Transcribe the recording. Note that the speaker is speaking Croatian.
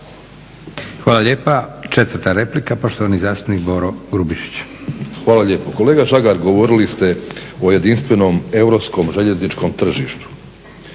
Hvala lijepa. 4. replika, poštovani zastupnik Boro Grubišić. **Grubišić, Boro (HDSSB)** Hvala lijepa. Kolega Žagar, govorili ste o jedinstvenom europskom željezničkom tržištu.